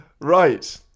right